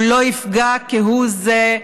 הוא לא יפגע כהוא זה,